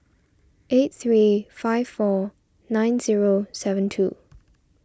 eight three five four nine zero seven two